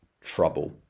trouble